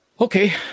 Okay